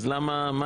אז מה השתנה?